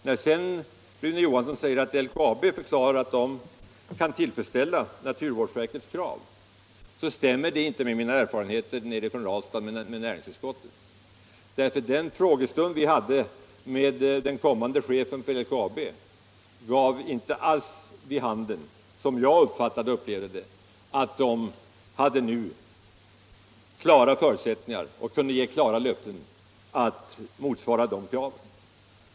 När sedan Rune Johansson säger att LKAB har förklarat att företaget kan tillfredsställa naturvårdsverkets krav stämmer det inte med mina erfarenheter från Ranstad. Den frågestund vi hade med den kommande chefen för LKAB gav inte alls vid handen, som jag upplevde det, att företaget hade förutsättningarna klara och kunde ge bestämda löften att uppfylla de kraven.